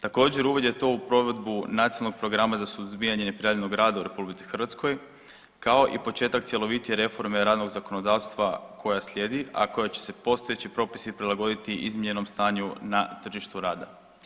Također, uvid je to u provedbu nacionalnog programa za suzbijanje neprijavljenog rada u RH kao i početak cjelovitije reforme radnog zakonodavstva koja slijedi, a koja će se postojeći propisi prilagoditi izmijenjenom stanju na tržištu rada.